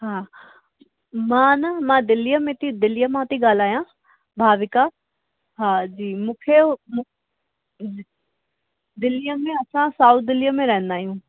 हा मां न मां दिल्लीअ में थी दिल्लीअ मां थी ॻाल्हायां भाविका हा जी मूंखे दिल्लीअ में असां साउथ दिल्लीअ में रहंदा आहियूं